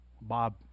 Bob